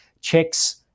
checks